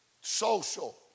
Social